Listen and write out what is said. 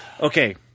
okay